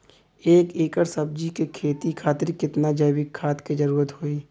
एक एकड़ सब्जी के खेती खातिर कितना जैविक खाद के जरूरत होई?